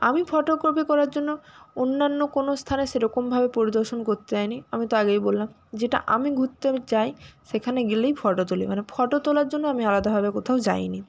আমি ফটোগ্রাফি করার জন্য অন্যান্য কোনো স্থানে সেরকমভাবে পরিদর্শন করতে যাই নি আমি তো আগেই বললাম যেটা আমি ঘুরতে যাই সেখানে গেলেই ফটো তুলি মানে ফটো তোলার জন্য আমি আলাদাভাবে কোথাও যাই নি